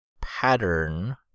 pattern